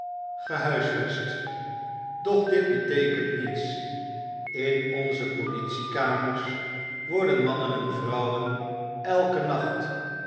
gehuisvest doch dit beteekent niets in onze politie kamers worden mannen en vrouwen eiken nacht